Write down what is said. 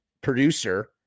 producer